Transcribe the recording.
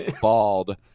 bald